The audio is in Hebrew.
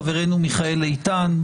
חברנו מיכאל איתן,